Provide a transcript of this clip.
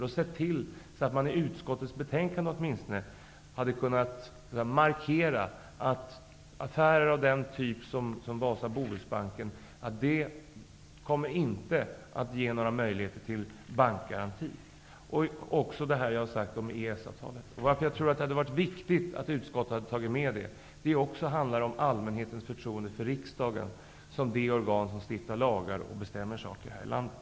Man har inte sett till att man åtminstone i utskottets betänkande hade markerat att affärer av den typ som Wasa-Bohusbanken utgör inte kommer att ge några möjligheter till bankgaranti. Jag har tidigare också talat om EES avtalet. Det är viktigt att utskottet skulle haft med dessa delar. Det handlar nämligen om allmänhetens förtroende för riksdagen som det organ som stiftar lagar och bestämmer saker här i landet.